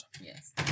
Yes